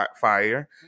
fire